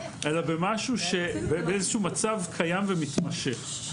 אלא ממצב קיים ומתמשך.